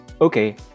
Okay